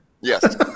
Yes